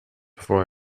before